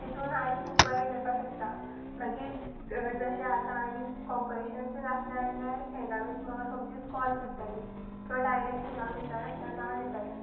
तितून आनी खूब बरें करपाक शकता मागीर जशें आतां आनी कॉम्पिटिशन्स बीन आसलें जाल्यार सेंड्रा मीस म्हाका सोमतींत कॉल करताली किंवां डायरेक्टली म्हाका विचार नासतना नांव दिताली